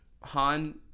Han